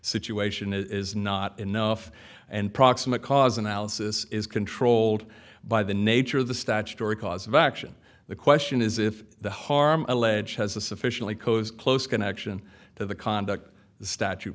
situation it is not enough and proximate cause analysis is controlled by the nature of the statutory cause of action the question is if the harm alleged has a sufficiently close close connection to the conduct the statu